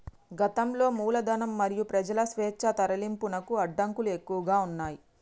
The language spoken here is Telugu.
గతంలో మూలధనం మరియు ప్రజల స్వేచ్ఛా తరలింపునకు అడ్డంకులు ఎక్కువగా ఉన్నయ్